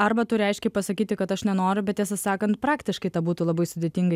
arba turi aiškiai pasakyti kad aš nenoriu bet tiesą sakant praktiškai tai būtų labai sudėtinga